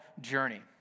journey